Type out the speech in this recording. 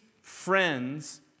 friends